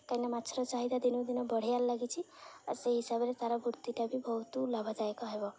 କାହିଁକିନା ମାଛର ଚାହିଦା ଦିନକୁ ଦିନ ବଢ଼ିବାରେ ଲାଗିଛି ଆଉ ସେହି ହିସାବରେ ତା'ର ବୃତ୍ତିଟା ବି ବହୁତ ଲାଭଦାୟକ ହେବ